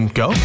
go